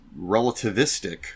relativistic